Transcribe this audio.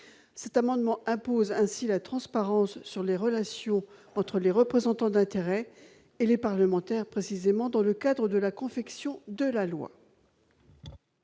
Cet amendement vise ainsi à imposer la transparence aux relations entre les représentants d'intérêts et les parlementaires dans le cadre de la confection de la loi.